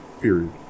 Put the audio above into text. Period